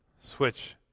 switch